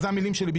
זה המילים שלי.